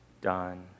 done